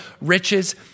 riches